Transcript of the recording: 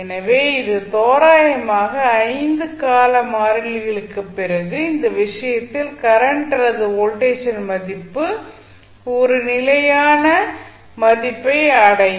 எனவே இது தோராயமாக 5 கால மாறிலிகளுக்குப் பிறகு இந்த விஷயத்தில் கரண்ட் அல்லது வோல்டேஜின் மதிப்பு ஒரு நிலையான மதிப்பை அடையும்